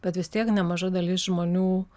bet vis tiek nemaža dalis žmonių